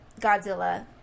Godzilla